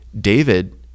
David